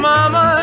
Mama